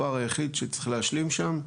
הפער היחיד שצריך להשלים שם,